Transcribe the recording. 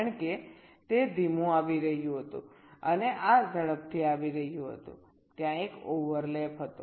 કારણ કે તે ધીમું આવી રહ્યું હતું અને આ ઝડપથી આવી રહ્યું હતું ત્યાં એક ઓવરલેપ હતો